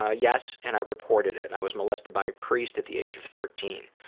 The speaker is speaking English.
ah yes and i reported it. i was molested by a priest at the age of thirteen.